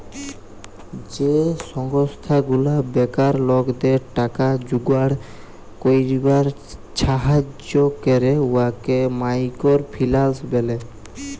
যে সংস্থা গুলা বেকার লকদের টাকা জুগাড় ক্যইরবার ছাহাজ্জ্য ক্যরে উয়াকে মাইকর ফিল্যাল্স ব্যলে